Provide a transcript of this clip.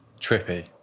trippy